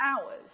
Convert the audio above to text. hours